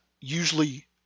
Usually